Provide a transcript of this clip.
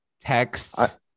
Texts